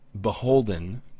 beholden